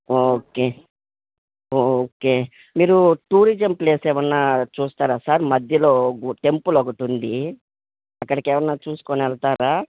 okay okay మీరు tourism place ఏమైనా చూస్తారా సార్ మధ్యలో టెంపుల్ ఒకటి ఉంది అక్కడికి ఏమైనా చూసుకుని వెళ్తారా